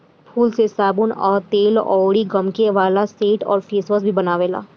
फूल से साबुन आ तेल अउर गमके वाला सेंट आ फेसवाश भी बनेला